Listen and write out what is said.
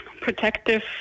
protective